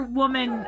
woman